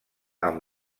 amb